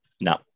no